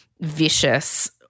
vicious